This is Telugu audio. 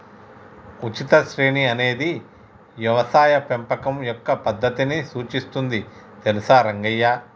ఉచిత శ్రేణి అనేది యవసాయ పెంపకం యొక్క పద్దతిని సూచిస్తుంది తెలుసా రంగయ్య